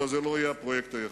אבל זה לא יהיה הפרויקט היחיד,